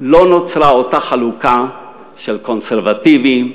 לא נוצרה אותה חלוקה של קונסרבטיבים,